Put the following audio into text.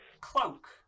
cloak